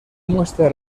muestra